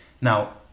Now